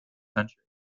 country